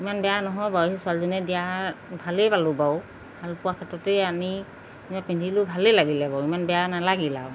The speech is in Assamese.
ইমান বেয়া নহয় বাৰু সেই ছোৱালীজনীয়ে দিয়া ভালেই পালোঁ বাৰু ভাল পোৱা ক্ষেত্ৰতেই আনি এনে পিন্ধিলো ভালেই লাগিলে বাৰু ইমান বেয়া নালাগিল আৰু